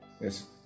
Yes